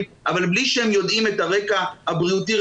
אבל בלי שהם יודעים את הרקע הבריאותי-רפואי.